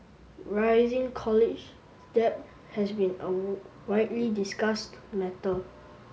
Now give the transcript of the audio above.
rising college debt has been a widely discussed matter